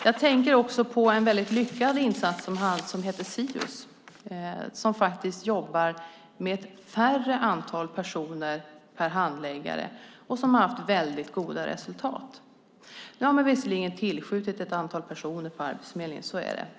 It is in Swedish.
Jag tänker också på en väldigt lyckad insats som heter Sius som jobbar med färre antal personer per handläggare och som har haft väldigt goda resultat. Nu har man visserligen tillskjutit medel för ett antal personer på Arbetsförmedlingen. Så är det.